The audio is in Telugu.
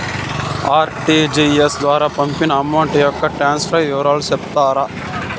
ఆర్.టి.జి.ఎస్ ద్వారా పంపిన అమౌంట్ యొక్క ట్రాన్స్ఫర్ వివరాలు సెప్తారా